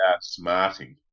smarting